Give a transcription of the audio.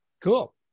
cool